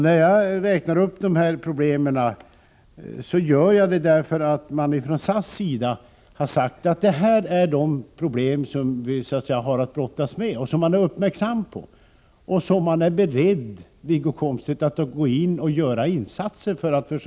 När jag räknar upp dessa problem gör jag det för att man från SAS sida har sagt att detta är de problem man har att brottas med och som man är uppmärksam på. Man är, Wiggo Komstedt, beredd att göra insatser för att försöka få bort dessa svårigheter snarast möjligt.